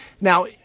Now